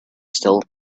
still